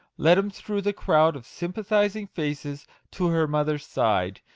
led him through the crowd of sym pathising faces to her mother's side.